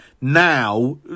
now